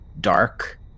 dark